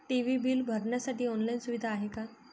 TV bill भरण्यासाठी online सुविधा आहे का?